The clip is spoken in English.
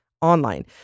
online